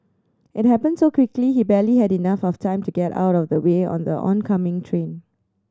it happened so quickly he barely had enough of time to get out of the way on the oncoming train